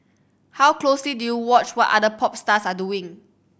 how closely do you watch what other pop stars are doing